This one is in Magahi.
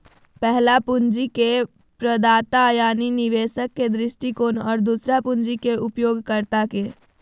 पहला पूंजी के प्रदाता यानी निवेशक के दृष्टिकोण और दूसरा पूंजी के उपयोगकर्ता के